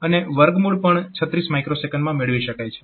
અને વર્ગમૂળ પણ 36 µS માં મેળવી શકાય છે